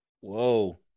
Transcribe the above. Whoa